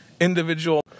individual